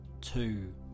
two